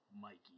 Mikey